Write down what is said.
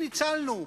ניצלנו.